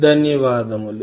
ధన్యవాదములు